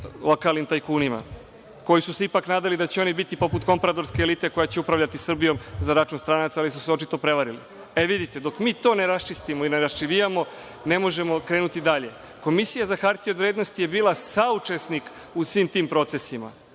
lokalnim tajkunima, koji su se ipak nadali da će oni biti poput kompradorske elite koja će upravljati Srbijom, za račun stranaca, ali su se očito prevarili. Vidite, dok mi to ne raščistimo i ne raščivijamo ne možemo krenuti dalje. Komisija za hartije od vrednosti je bila saučesnik u svim tim procesima.